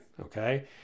okay